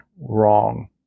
wrong